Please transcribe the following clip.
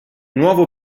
nuovo